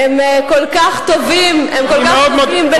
הם כל כך טובים, הם כל כך טובים,